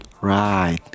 right